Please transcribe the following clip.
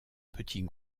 petit